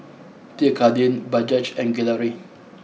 Pierre Cardin Bajaj and Gelare